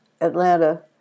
Atlanta